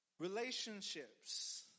Relationships